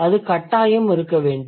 அது கட்டாயம் இருக்க வேண்டும்